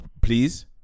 please